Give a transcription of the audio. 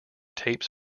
tapes